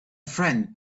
friend